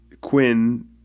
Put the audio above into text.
Quinn